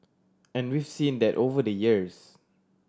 and we've seen that over the years